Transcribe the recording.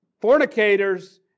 Fornicators